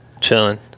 chilling